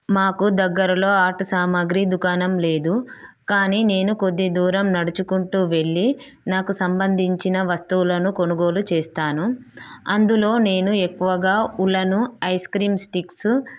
మాకు దగ్గరలో ఆట సామాగ్రి దుకాణం లేదు కానీ నేను కొద్ది దూరం నడుచుకుంటూ వెళ్ళి నాకు సంబంధించిన వస్తువులను కొనుగోలు చేస్తాను అందులో నేను ఎక్కువగా ఉలను ఐస్ క్రీమ్ స్టిక్స్